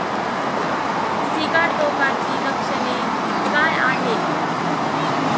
सिगाटोकाची लक्षणे काय आहेत?